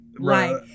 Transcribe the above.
Right